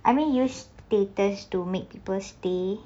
I mean use status to make people stay